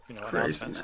crazy